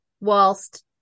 whilst